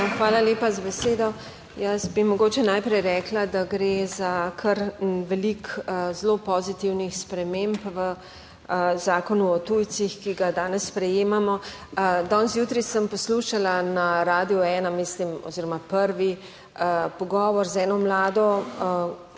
Hvala lepa za besedo. Jaz bi mogoče najprej rekla, da gre za kar veliko zelo pozitivnih sprememb v Zakonu o tujcih, ki ga danes sprejemamo. Danes zjutraj sem poslušala na Radiu 1, mislim, oziroma prvi pogovor z eno mlado